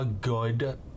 good